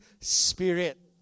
Spirit